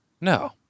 No